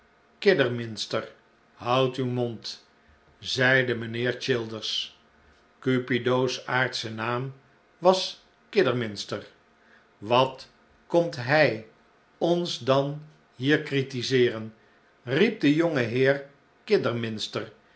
kidderminster houd uw mond zeide mijnheer childers cupido's aardsche naam was kidderminster wat komt hij ons dan hier critiseeren riep de jongeheer